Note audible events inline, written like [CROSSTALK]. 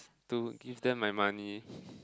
to give them my money [LAUGHS]